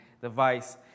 device